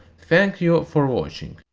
thank you for watching!